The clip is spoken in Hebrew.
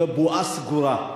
בבועה סגורה.